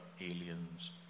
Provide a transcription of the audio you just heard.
aliens